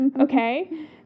Okay